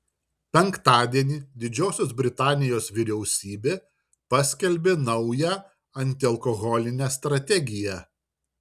penktadienį didžiosios britanijos vyriausybė paskelbė naują antialkoholinę strategiją